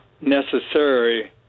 necessary